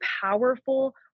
powerful